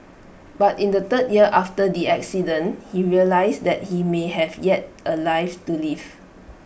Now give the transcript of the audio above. but in the third year after the accident he realised that he may have yet A life to live